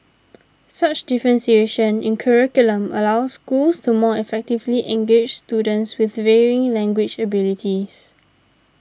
such differentiation in curriculum allows schools to more effectively engage students with varying language abilities